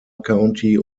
county